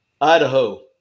Idaho